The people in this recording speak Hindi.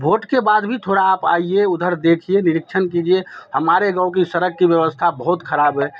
वोट के बाद भी थोड़ा आप आइए उधर देखिए निरीक्षण कीजिए हमारे गाँव की सड़क की व्यवस्था बहुत ख़राब है